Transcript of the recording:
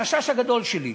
החשש הגדול שלי,